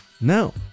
No